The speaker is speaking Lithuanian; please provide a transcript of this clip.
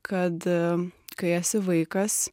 kad kai esi vaikas